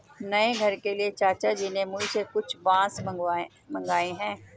नए घर के लिए चाचा जी ने मुझसे कुछ बांस मंगाए हैं